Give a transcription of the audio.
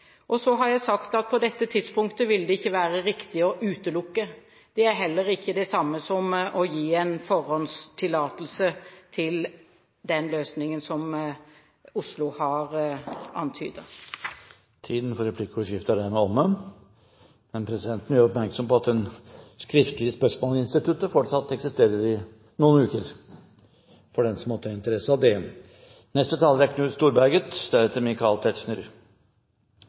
tiltak. Så har jeg sagt at på dette tidspunktet vil det ikke være riktig å utelukke. Det er heller ikke det samme som å gi en forhåndstillatelse til den løsningen som Oslo har antydet. Replikkordskiftet er omme. Presidenten vil gjøre oppmerksom på at skriftlige spørsmål-instituttet fortsatt eksisterer i noen uker, for den som måtte ha interesse av det.